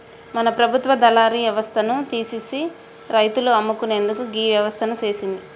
మన ప్రభుత్వ దళారి యవస్థను తీసిసి రైతులు అమ్ముకునేందుకు గీ వ్యవస్థను సేసింది